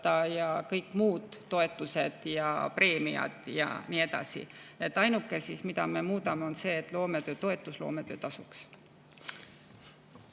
kõik muud toetused ja preemiad ja nii edasi. Ainuke, mida me muudame, on see, et loometöötoetus muutub loometöötasuks.